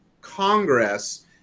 Congress